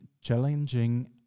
challenging